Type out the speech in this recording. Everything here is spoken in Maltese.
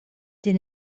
din